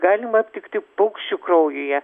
galima aptikti paukščių kraujyje